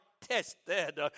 tested